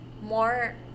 more